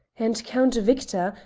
and count victor,